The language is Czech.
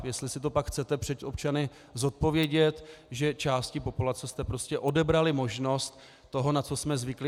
Jestli si to pak chcete před občany zodpovědět, že části populace jste prostě odebrali možnost toho, na co jsme zvyklí.